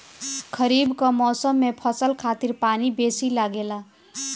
खरीफ कअ मौसम के फसल खातिर पानी बेसी लागेला